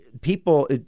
people